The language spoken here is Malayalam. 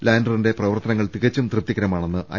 ലാൻഡറിന്റെ പ്രവർത്തനങ്ങൾ തികച്ചും തൃപ്തികരമാണെന്ന് ഐ